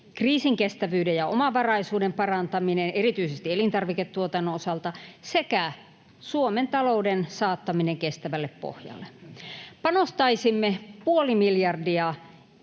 kriisinkestävyyden ja omavaraisuuden parantaminen erityisesti elintarviketuotannon osalta sekä Suomen talouden saattaminen kestävälle pohjalle. Panostaisimme puoli miljardia